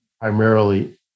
primarily